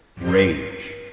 rage